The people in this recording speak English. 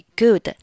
good